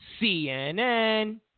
CNN